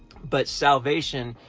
but salvation,